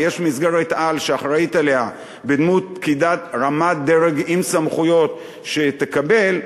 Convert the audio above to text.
ויש מסגרת-על שאחראית עליה פקידה רמת-דרג עם סמכויות שהיא תקבל,